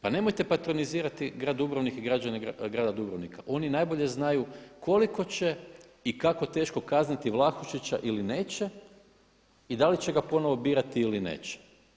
Pa nemojte patronizirati grad Dubrovnik i građane grada Dubrovnika oni najbolje znaju koliko će i kako teško kazniti Vlahušića ili neće i da li će ga ponovno birati ili neće.